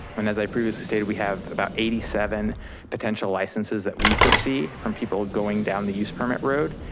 and as i previously stated, we have about eighty seven potential licenses that we foresee from people going down the use permit road.